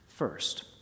First